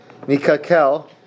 Nikakel